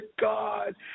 God